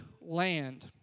land